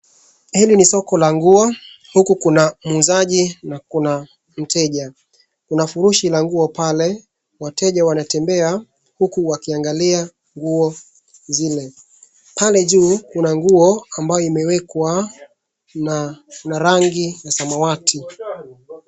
Hili ni soko la nguo, huku kuna muuzaji na kuna mteja. Kuna furushi la nguo pale, wateja wanatembea huku wakiangalia nguo zile. Pale juu kuna nguo amabyo imwekwa na ina rangi samawati.